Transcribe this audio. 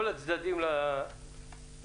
כל הצדדים לדבר